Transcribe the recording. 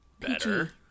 Better